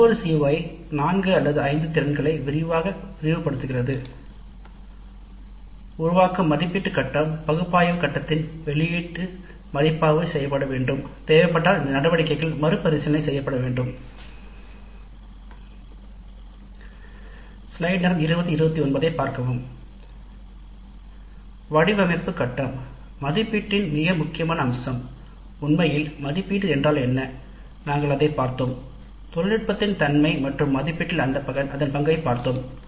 ஒவ்வொரு CO ஐ 4 அல்லது 5 திறன்களாக தேவைக்கேற்ப பிரிப்பது மூலம் நல்ல அறிவுறுத்தல் மற்றும் நல்ல மதிப்பீடு ஆகியவற்றை திட்டமிட உதவியாக இருக்கும் வடிவமைப்பு கட்டம் மதிப்பீட்டின் மிக முக்கியமான அம்சம் உண்மையில் மதிப்பீடு என்ன மதிப்பீடு என்றால் என்ன நாங்கள் அதைப் பார்த்தோம் தொழில்நுட்பத்தின் தன்மை மற்றும் மதிப்பீட்டில் அதன் பங்கைப் பார்த்தோம்